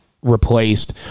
replaced